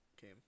game